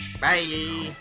Bye